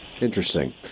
Interesting